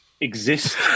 exist